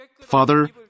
Father